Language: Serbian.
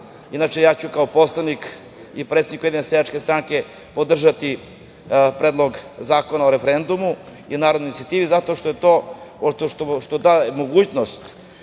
inače, ja ću kao poslanik i predsednik Ujedinjene seljačke stranke podržati Predlog zakona o referendumu i narodnoj inicijativi, zato što daje mogućnost